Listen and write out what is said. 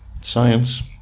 science